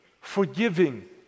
forgiving